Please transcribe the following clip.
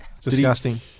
Disgusting